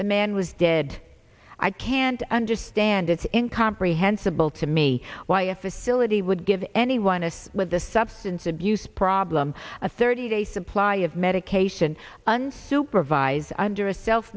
the man was dead i can't understand it's incomprehensible to me why a facility would give anyone us with this substance abuse problem a thirty day supply of medication unsupervised under a self